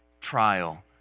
trial